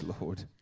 Lord